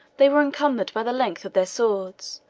they were encumbered by the length of their swords,